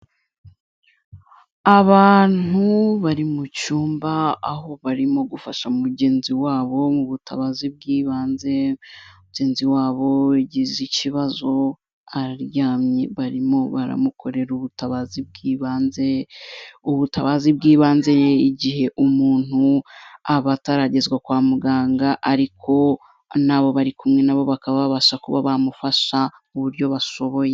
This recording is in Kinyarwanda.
Abantu bari mu cyumba aho barimo gufasha mugenzi wabo mu butabazi bw'ibanze mugenzi wabo ugize ikibazo aryamye barimo baramukorera ubutabazi bw'ibanze, ubutabazi bw'ibanze igihe umuntu aba ataragezwa kwa muganga ariko n'abo bari kumwe nabo bakaba babasha kuba bamufasha mu buryo bashoboye.